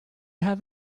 have